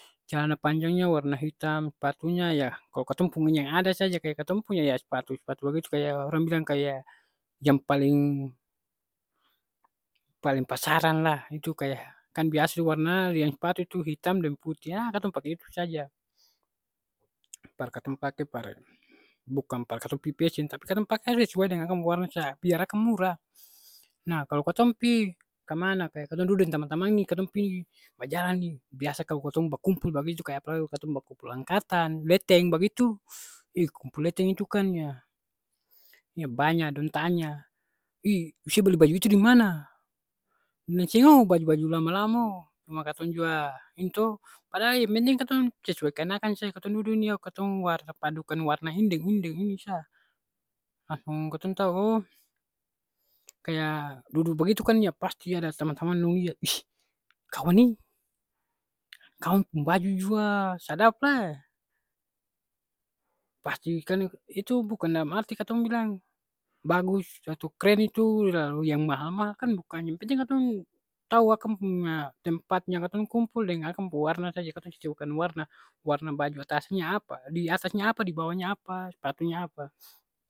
Calana panjangnya warna hitam, spatunya yah kalo katong pung yang ada saja kaya katong punya ya spatu-spatu bagitu kaya orang bilang kaya yang paleng paleng pasaran lah. Itu kaya, kan biasa tu warna yang spatu tu hitam deng putih. Ha katong pake itu saja. Par katong pake par bukang par katong pi pesyen, tapi katong pake sesuai deng akang pung warna sa. Biar akang murah. Nah kalo katong pi kamana, kaya katong dudu deng tamang-tamang ni, katong pi bajalang ni. Biasa kalo katong bakumpul bagitu kaya apalai kalo katong bakumpul angkatan, leteng bagitu. Ih kumpul leteng itu kan ya, ya banya dong tanya, ih ose bali baju itu dimana. Seng oo baju-baju lama-lama oo. Cuma katong jua ini to, padahal yang penting katong sesuaikan akang sa. Katong dudu ni o katong warna padukan warna ini deng ini deng ini sa. Langsung katong tau oh kaya duduk bagitu kan ya pasti ada tamang-tamang dong lia, iss kawan e, kawan pung baju jua sadap lai. Pasti kan, itu bukan dalam arti katong bilang bagus atau kren itu lalu yang mahal-mahal, kan bukan. Yang penting katong tau akang pung e tempat yang katong kumpul deng akang pung warna saja, katong sesuaikan warna. Warna baju atasnya apa, di atasnya apa, di bawahnya apa, spatunya apa.